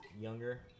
younger